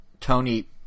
Tony